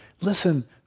Listen